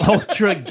Ultra